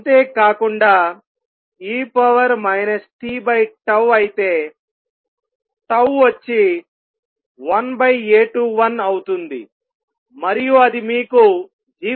అంతేకాకుండా e tτఅయితే వచ్చి 1 A21 అవుతుంది మరియు అది మీకు జీవితకాలం ఇస్తుంది